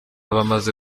bamaze